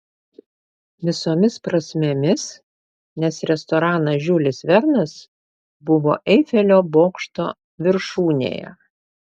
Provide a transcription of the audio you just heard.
visomis prasmėmis nes restoranas žiulis vernas buvo eifelio bokšto viršūnėje